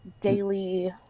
daily